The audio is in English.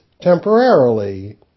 temporarily